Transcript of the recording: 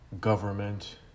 government